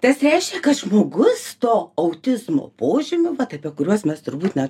tas reiškia kad žmogus to autizmo požymių vat apie kuriuos mes turbūt net